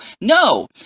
No